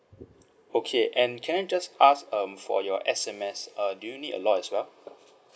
okay and can I just ask um for your S_M_S err do you need a lot as well